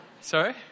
Sorry